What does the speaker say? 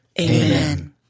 Amen